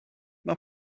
mae